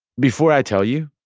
before i tell you,